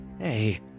Hey